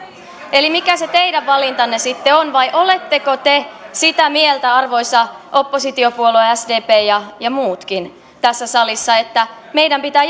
eli mikä se teidän valintanne sitten on vai oletteko te sitä mieltä arvoisa oppositiopuolue sdp ja ja muutkin tässä salissa että meidän pitää